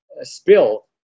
spill